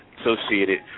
Associated